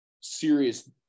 serious